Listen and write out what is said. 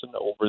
over